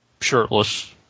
Shirtless